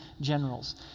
generals